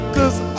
Cause